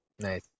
Nice